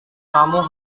kamu